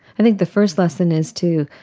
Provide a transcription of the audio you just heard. i think the first lesson is to,